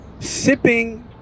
Sipping